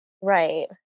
right